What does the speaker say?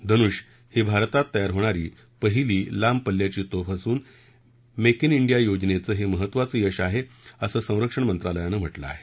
धनुष ही भारतात तयार होणारी पहिली लांब पल्ल्याची तोफ असून मेक ांडिया योजनेचं हे महत्त्वाचं यश आहे असं संरक्षण मंत्रालयानं म्हटलं आहे